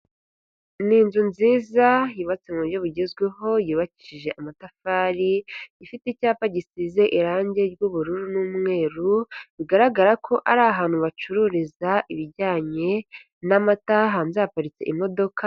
Ni inzu nziza yubatse mu buryo bugezweho yubakishije amatafari, ifite icyapa gisize irangi ry'ubururu n'umweru bigaragara ko ari ahantu bacururiza ibijyanye n'amata, hanze haparitse imodoka.